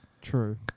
True